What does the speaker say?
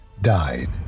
died